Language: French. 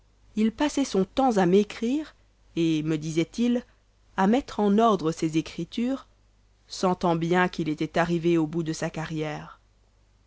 il passait son temps à m'écrire et me disait-il à mettre en ordre ses écritures sentant bien qu'il était arrivé au bout de sa carrière